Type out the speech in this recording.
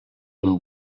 amb